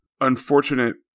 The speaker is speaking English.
unfortunate